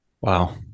Wow